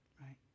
right